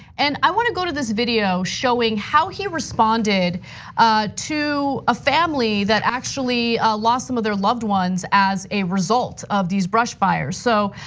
and i want to go to this video showing how he responded to a family that actually lost some of their loved ones as a result of these brush fires. so,